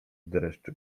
dreszcz